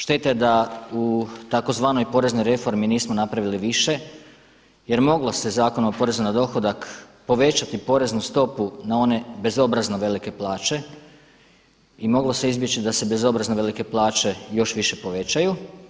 Šteta je da u tzv. poreznoj reformi nismo napravili više jer moglo se Zakonom o porezu na dohodak povećati poreznu stopu na one bezobrazno velike plaće i moglo se izbjeći da se bezobrazno velike plaće još više povećaju.